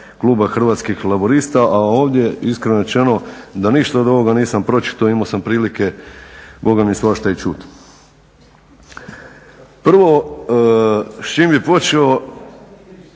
kluba Hrvatskih laburista. A ovdje iskreno rečeno da ništa od ovoga nisam pročitao imao sam prilike bogami svašta i čuti. Prvo s čim bi počeo